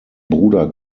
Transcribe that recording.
bruder